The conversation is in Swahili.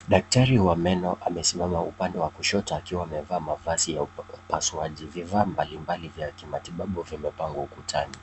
Daktari wa meno amesimama upande wa kushoto akiwa amevaa mavazi ya upasuaji. Vifaa mbalimbali vya kimatibabu vimepangwa ukutani.